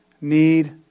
need